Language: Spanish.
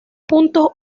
puntos